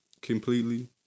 completely